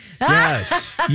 yes